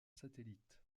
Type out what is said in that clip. satellite